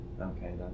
okay